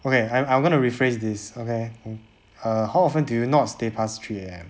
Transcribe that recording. okay I'm I'm gonna rephrase this okay err how often do you not stay past three A_M